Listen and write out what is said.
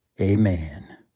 Amen